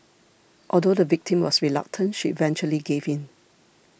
although the victim was reluctant she eventually gave in